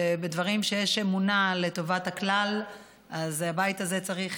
שבדברים שיש אמונה שהם לטובת הכלל אז הבית הזה צריך